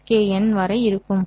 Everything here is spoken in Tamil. Skn வரை இருக்கும்